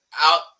out